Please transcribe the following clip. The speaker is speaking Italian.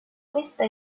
questa